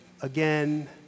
again